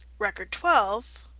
record twelve,